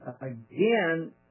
Again